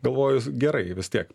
galvojus gerai vis tiek